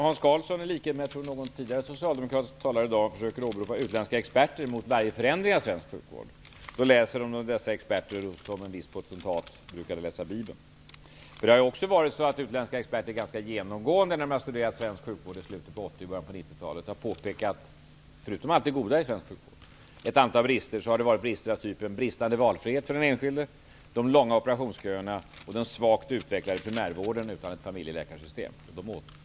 Hans Karlsson försöker, i likhet med vad någon annan socialdemokrat har gjort i dag, åberopa utländska experter inför varje förändring av svensk sjukvård. Han läser vad någon av dessa experter har skrivit på samma sätt som en viss potentat brukade läsa bibeln. När utländska experter studerade svensk sjukvård i slutet av 80-talet och i början av 90-talet påtalade de nästan genomgående ett antal brister -- förutom att tala om allt det som var bra. Det gällde bristande valfrihet för den enskilde, de långa operationsköerna och den svagt utvecklade primärvården utan ett familjeläkarsystem.